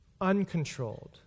uncontrolled